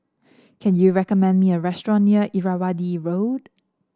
can you recommend me a restaurant near Irrawaddy Road